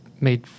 made